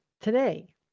today